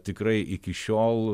tikrai iki šiol